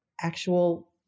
actual